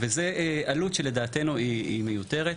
וזה עלות שלדעתנו היא מיותרת.